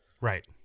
Right